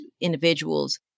individuals